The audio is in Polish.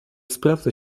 sprawdza